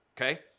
okay